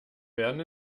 werden